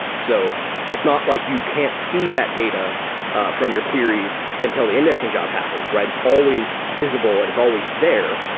so it's not like you can't see that data from your queries until the indexing job happens, right? it's always visible and it's always there.